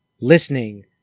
listening